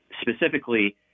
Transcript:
specifically –